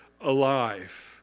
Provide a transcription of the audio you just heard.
alive